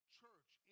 church